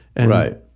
Right